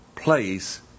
Place